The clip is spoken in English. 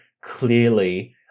clearly